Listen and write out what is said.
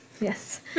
Yes